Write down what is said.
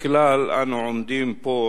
אנו עומדים פה